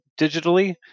digitally